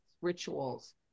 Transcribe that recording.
rituals